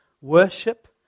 worship